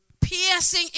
piercing